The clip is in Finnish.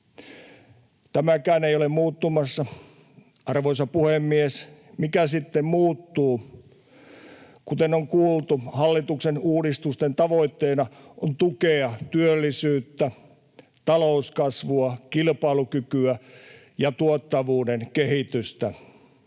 Tämäkään ei ole muuttumassa. Arvoisa puhemies! Mikä sitten muuttuu? Kuten on kuultu, hallituksen uudistusten tavoitteena on tukea työllisyyttä, talouskasvua, kilpailukykyä ja tuottavuuden kehitystä.